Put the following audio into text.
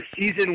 season